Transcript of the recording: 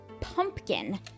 pumpkin